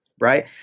right